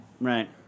Right